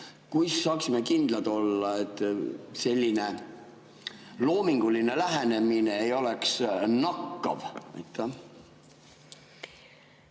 me saaksime kindlad olla, et selline loominguline lähenemine ei ole nakkav?